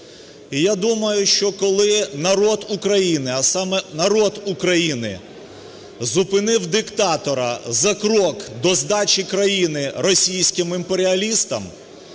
І я думаю, що коли народ України, а саме народ України зупинив диктатора за крок до здачі країни російським імперіалістам,